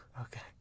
Okay